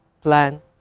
plan